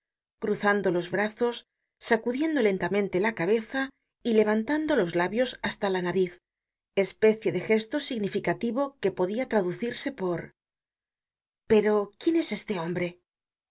cruzando los brazos sacudiendo lentamente la cabeza y levantando los labios hasta la nariz especie de gesto significativo que podia traducirse por pero quién es este hombre